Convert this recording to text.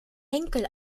henkel